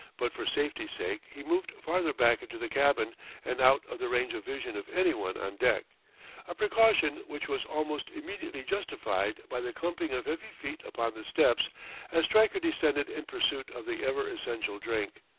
but for safety's sake he moved farther back into the cabin and out of the range of vision of any one on deck a precaution which was almost immediately justified by the clumping of heavy feet upon the steps as stryker descended in pursuit of the ever-essential drink.